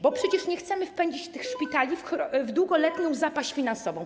Bo przecież nie chcemy wpędzić tych szpitali w długoletnią zapaść finansową.